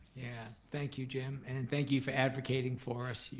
thank you jim and thank you for advocating for us.